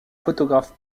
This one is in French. photographe